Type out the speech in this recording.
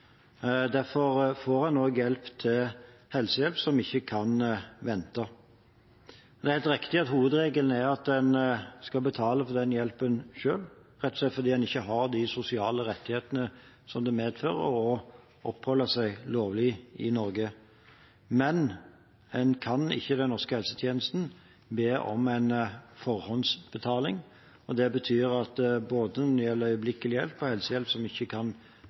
Derfor får en også helsehjelp som ikke kan vente. Det er helt riktig at hovedregelen er at en skal betale for den hjelpen selv, rett og slett fordi en ikke har de sosiale rettighetene som medfører det å oppholde seg lovlig i Norge. Men en kan ikke i den norske helsetjenesten be om en forhåndsbetaling. Det betyr at når det gjelder både øyeblikkelig hjelp og helsehjelp som ikke kan